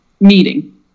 meeting